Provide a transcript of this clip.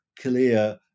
clear